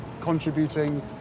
contributing